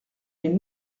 mille